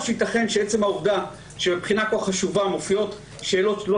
או שייתכן שעצם העובדה שבבחינה כל כך חשובה מופיעות שאלות לא